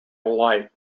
alight